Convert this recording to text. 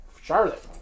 Charlotte